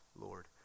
Lord